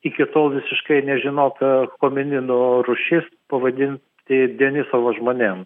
iki tol visiškai nežinota homininų rūšis pavadinti denisovo žmonėm